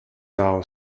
now